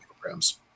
programs